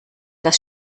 das